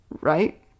right